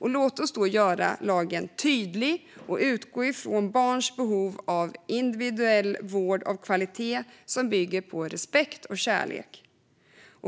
Låt oss då göra lagen tydlig och utgå ifrån barns behov av individuell vård av hög kvalitet som bygger på respekt och kärlek.